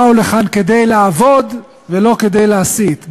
באו לכאן כדי לעבוד ולא כדי להסית,